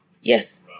Yes